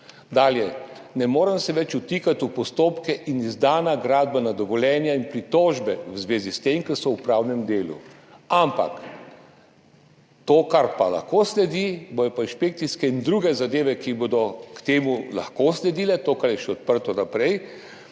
Dalje. Ne morem se več vtikati v postopke in izdana gradbena dovoljenja in pritožbe v zvezi s tem, ki so v upravnem delu. Ampak to, kar lahko sledi, bodo pa inšpekcijske in druge zadeve, ki bodo temu lahko sledile, to, kar je še odprto naprej,